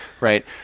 Right